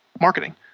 marketing